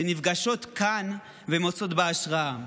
שנפגשות כאן ומוצאות בה השראה.